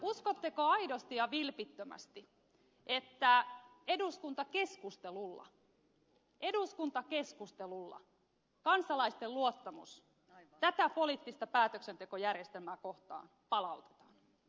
uskotteko aidosti ja vilpittömästi että eduskuntakeskustelulla eduskuntakeskustelulla kansalaisten luottamus tätä poliittista päätöksentekojärjestelmää kohtaan palautetaan